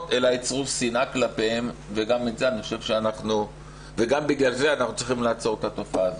אלא יצרו שנאה כלפיהם וגם בגלל זה אנחנו צריכים לעצור את התופעה הזאת.